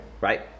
right